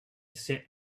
sit